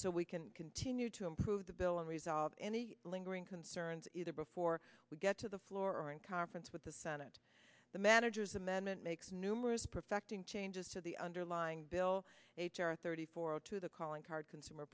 so we can continue to improve the bill and resolve any lingering concerns either before we get to the floor in conference with the senate the manager's amendment makes numerous perfecting changes to the underlying bill h r thirty four to the calling card consumer